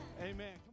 Amen